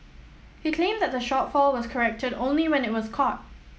he claimed that the shortfall was corrected only when it was caught